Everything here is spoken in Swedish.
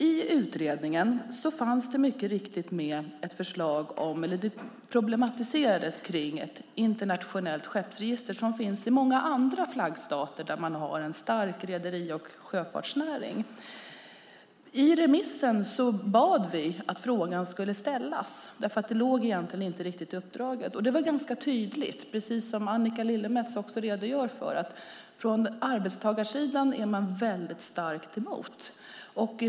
I utredningen problematiserades det kring ett internationellt skeppsregister, vilket finns i många andra flaggstater där man har en stark rederi och sjöfartsnäring. I remissen bad vi att frågan skulle ställas. Det låg egentligen inte riktigt i uppdraget. Det var ganska tydligt, precis som Annika Lillemets också redogör för, att man från arbetstagarsidan är väldigt starkt emot.